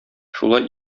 шулай